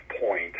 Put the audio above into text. point